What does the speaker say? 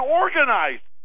organized